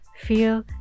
feel